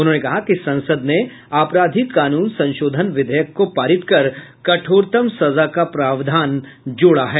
उन्होंने कहा कि संसद ने आपराधिक कानून संशोधन विधेयक को पारित कर कठोरतम सजा का प्रावधान जोड़ा है